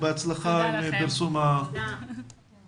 בהצלחה בפרסום המלצות הוועדה.